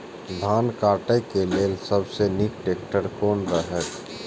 धान काटय के लेल सबसे नीक ट्रैक्टर कोन रहैत?